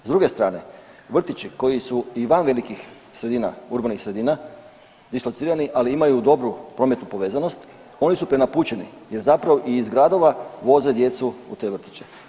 S druge strane vrtići koji su i van velikih sredina, urbanih sredina dislocirani, ali imaju dobru prometnu povezanost oni su prenapučeni jer zapravo i iz gradova voze djecu u te vrtiće.